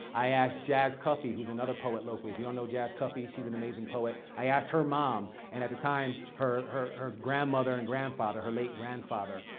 i asked jazz cuffey, who's another poet locally. if you don't know jazz cuffey, she's an amazing poet. i asked her mom. and at the time her her grandmother and grandfather, her late grandfather,